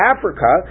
Africa